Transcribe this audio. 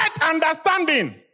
understanding